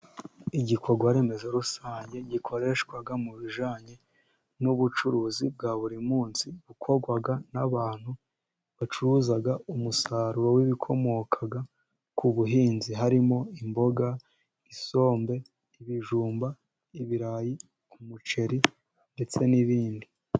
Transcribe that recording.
Igikorwa remezo rusange gikoreshwa mu bijyanye n'ubucuruzi bwa buri munsi bukorwa n'abantu bacuruza umusaruro w'ibikomoka ku buhinzi harimo: imboga, isombe, ibijumba, ibirayi ,umuceri ndetse n'ibindi.